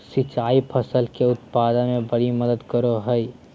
सिंचाई फसल के उत्पाद में बड़ी मदद करो हइ